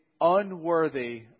unworthy